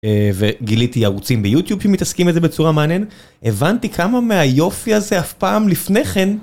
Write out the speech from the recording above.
אה... וגיליתי ערוצים ביוטיוב שמתעסקים את זה בצורה מעניינת. הבנתי כמה מהיופי הזה אף פעם לפני כן...